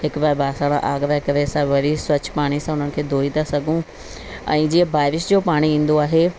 हिक बार बासण आघराए करे असां वरी स्वच्छ पाणी सां उन्हनि खे धोई ता सघूं ऐं जीअं बारिश जो पाणी ईंदो आहे